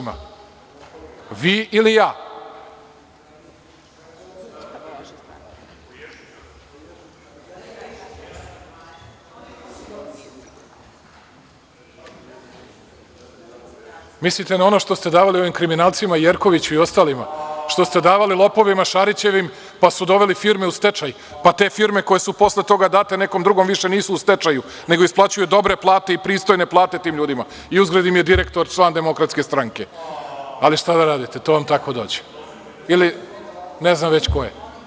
Vi ili ja? (Poslanici dobacuju.) Mislite na ono što ste davali onim kriminalcima Jerkoviću i ostalima, što ste davali lopovima Šarićevim pa su doveli firme u stečaj, pa te firme koje su posle toga date nekom drugom više nisu u stečaju, nego isplaćuju dobre plate i pristojne plate tim ljudima i uzgred im je direktor član DS, šta da radite, to vam tako dođe, ne znam već koje.